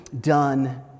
done